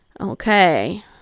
Okay